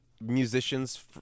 musicians